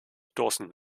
stoßen